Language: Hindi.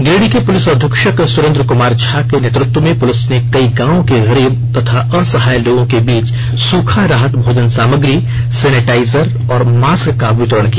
गिरिडीँह के पुलिस अधीक्षक सुरेंद्र कुमार झा के नेतृत्व में पुलिस ने कई गांव के गरीब तथा असहाय लोगों के बीच सूखा राहत मोजन सामग्री सेनेटाइजर और मास्क का वितरण किया